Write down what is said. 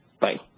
Bye